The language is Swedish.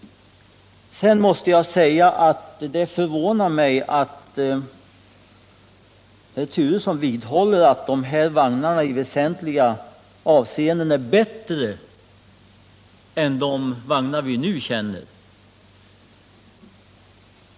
Jag måste säga att det förvånar mig att herr Turesson vidhåller att de här nya vagnarna i väsentliga avseenden skulle vara bättre än de vagnar vi nu känner till.